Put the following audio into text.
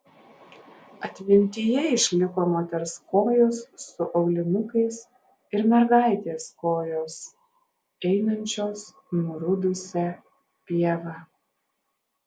atmintyje išliko moters kojos su aulinukais ir mergaitės kojos einančios nurudusia pieva